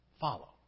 follow